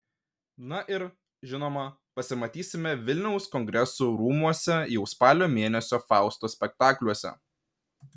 na ir žinoma pasimatysime vilniaus kongresų rūmuose jau spalio mėnesio fausto spektakliuose